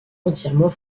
entièrement